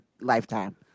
lifetime